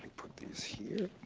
put these here.